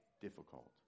difficult